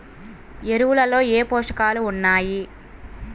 ఎరువులలో ఏ పోషకాలు ఉన్నాయి?